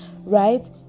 right